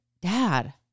dad